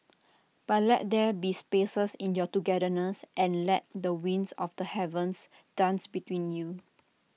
but let there be spaces in your togetherness and let the winds of the heavens dance between you